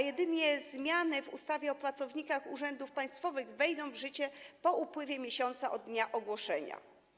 Jedynie zmiany w ustawie o pracownikach urzędów państwowych wejdą w życie po upływie miesiąca od dnia ogłoszenia.